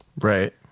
Right